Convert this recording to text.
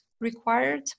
required